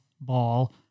ball